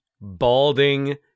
balding